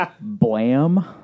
Blam